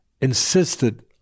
insisted